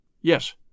Yes